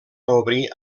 obrir